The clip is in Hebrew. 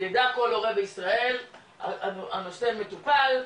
יידע כל הורה בישראל הנושא מטופל,